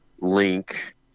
Link